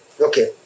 Okay